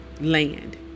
land